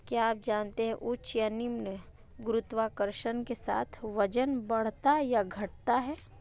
क्या आप जानते है उच्च या निम्न गुरुत्वाकर्षण के साथ वजन बढ़ता या घटता है?